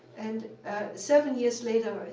and ah seven years later,